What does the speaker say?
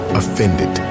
offended